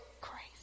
crazy